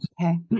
Okay